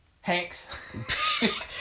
Hanks